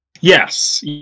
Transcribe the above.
Yes